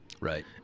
Right